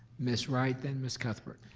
miss wright, then miss cuthbert.